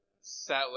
set